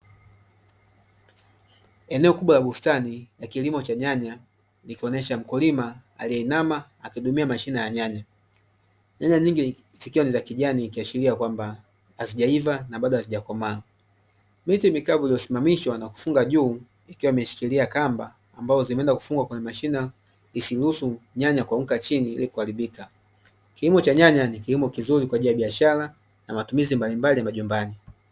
Eneo kubwa la bustani ya kilimo cha nyanya ikionyesha mkulima aliyeinama akihudumia mashine ya nyanya. Nyanya nyingi zikiwa ni za kijani zikiashiria kwamba hazijaiva na bado hazijakomaa. Miti mikavu iliyosimamishwa na kufungwa juu ikiwa imeshikilia kamba ambazo zimeenda kufungwa kwenye mashina isiruhusu nyanya kuanguka chini ili kuharibika. Kilimo cha nyanya ni kilimo kizuri kwa ajili ya biashara na matumizi mbali mbali ya majumbani.